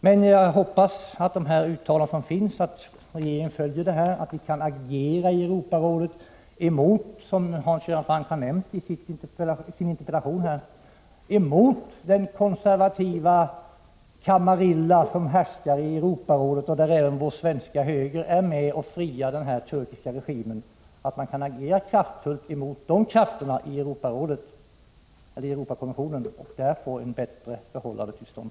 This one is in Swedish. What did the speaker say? Men jag hoppas att de uttalanden som gjorts om att regeringen följer utvecklingen skall leda till resultat och att vi genom att agera kraftfullt i Europarådet mot de krafter som Hans Göran Franck talar om-—den konservativa kamarilla som härskar i Europarådet och i vilken även vår svenska höger är med och friar den turkiska regimen — kan få bättre förhållanden till stånd.